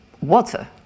water